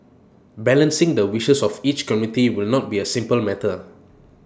balancing the wishes of each community will not be A simple matter